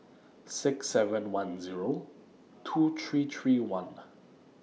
six seven one Zero two three three one